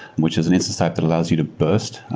which is an instance type that allows you to burst.